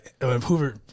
Hoover